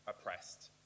oppressed